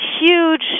huge